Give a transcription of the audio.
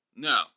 No